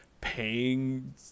paying